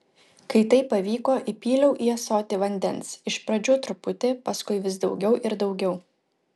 kai tai pavyko įpyliau į ąsotį vandens iš pradžių truputį paskui vis daugiau ir daugiau